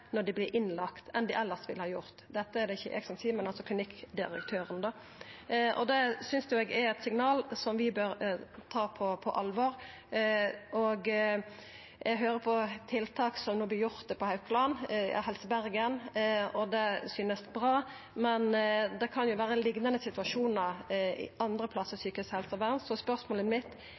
når ein vert innlagd, enn det ein elles ville ha vore. Dette er det ikkje eg som seier, men klinikkdirektøren. Det synest eg er eit signal som vi bør ta på alvor. Eg høyrer at tiltak er sette i verk på Haukeland, i Helse Bergen, og det synest bra, men det kan vera liknande situasjonar andre plassar innan psykisk helsevern. Så spørsmålet mitt